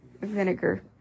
vinegar